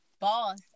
boss